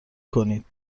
کنید